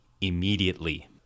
immediately